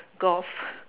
golf